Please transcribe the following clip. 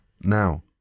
now